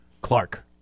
Clark